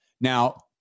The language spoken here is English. Now